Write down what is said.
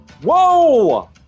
Whoa